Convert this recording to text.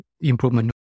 improvement